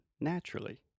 naturally